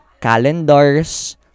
calendars